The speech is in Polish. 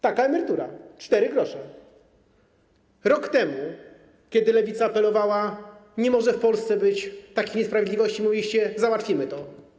Taka emerytura - 4 gr. Rok temu, kiedy Lewica apelowała: nie może w Polsce być takiej niesprawiedliwości, mówiliście: załatwimy to.